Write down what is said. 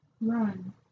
Run